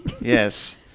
Yes